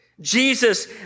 Jesus